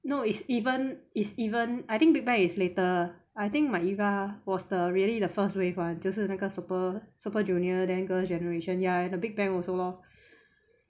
no is even is even I think big bang is later I think my era was the really the first wave [one] 就是那个 super super junior then girls generation ya and the big bang also lor